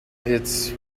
its